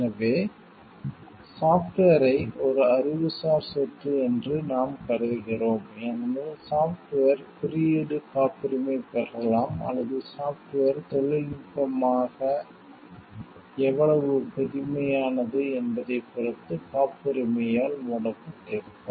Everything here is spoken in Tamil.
எனவே சாஃப்ட்வேரை ஒரு அறிவுசார் சொத்து என்று நாம் கருதுகிறோம் ஏனெனில் சாஃப்ட்வேர் குறியீடு காப்புரிமை பெறலாம் அல்லது சாஃப்ட்வேர் தொழில்நுட்பமாக எவ்வளவு புதுமையானது என்பதைப் பொறுத்து காப்புரிமையால் மூடப்பட்டிருக்கும்